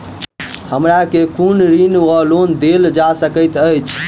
हमरा केँ कुन ऋण वा लोन देल जा सकैत अछि?